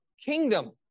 kingdom